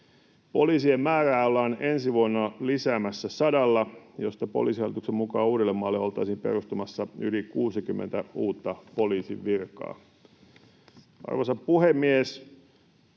Poliisien määrää ollaan ensi vuonna lisäämässä sadalla, josta Poliisihallituksen mukaan Uudellemaalle oltaisiin perustamassa yli 60 uutta poliisin virkaa. Arvoisa puhemies!